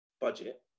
budget